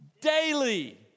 daily